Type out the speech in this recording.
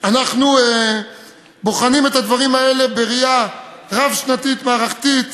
אנחנו בוחנים את הדברים האלה בראייה רב-שנתית מערכתית.